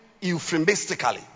euphemistically